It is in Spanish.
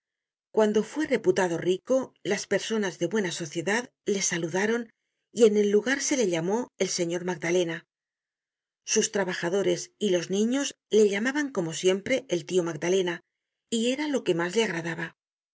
cuando fue reputado rico las personas de buena sociedad le saludaron y en el lugar se le llamó el señor magdalena sus trabajadores y los ñiños le llamaban como siempre el tio magda lena y era lo que mas le agradaba